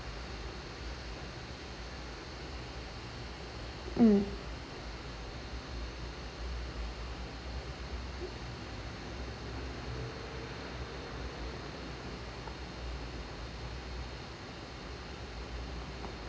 mm